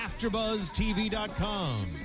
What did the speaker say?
AfterBuzzTV.com